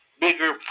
bigger